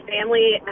family